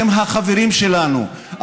אתם החברים שלנו,